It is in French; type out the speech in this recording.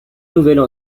nouvelles